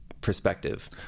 Perspective